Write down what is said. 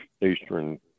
eastern